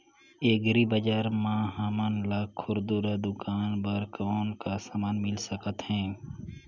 Agri बजार म हमन ला खुरदुरा दुकान बर कौन का समान मिल सकत हे?